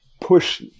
push